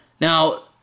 Now